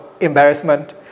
embarrassment